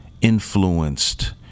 influenced